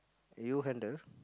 you handle